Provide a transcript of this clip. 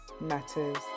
matters